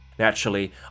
Naturally